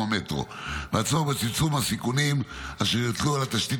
המטרו והצורך בצמצום הסיכונים אשר יוטלו על התשתית